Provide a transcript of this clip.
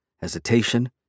hesitation